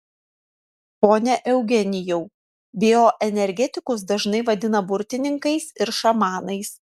pone eugenijau bioenergetikus dažnai vadina burtininkais ir šamanais